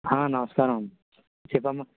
నమస్కారం చెప్పమ్మా